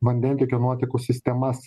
vandentiekio nuotekų sistemas